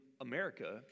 America